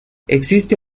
existe